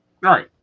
Right